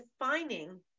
defining